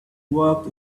walked